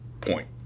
point